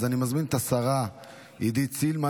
אז אני מזמין את השרה עידית סילמן